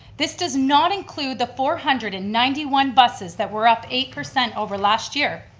this does not include the four hundred and ninety one buses that were up eight percent over last year.